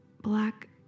black